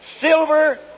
Silver